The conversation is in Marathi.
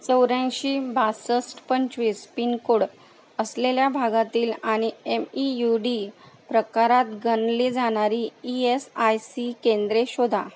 चौऱ्याऐंशी बासष्ट पंचवीस पिनकोड असलेल्या भागातील आणि एम ई यू डी प्रकारात गणली जाणारी ई एस आय सी केंद्रे शोधा